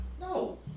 No